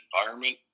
environment